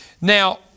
Now